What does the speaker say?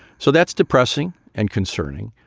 so that's depressing and concerning.